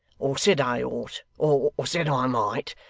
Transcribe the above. or said i ought, or said i might,